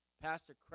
Pastor